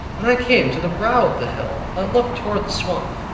when i came to the brow of the hill, that looked toward the swamp,